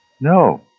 No